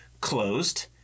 closed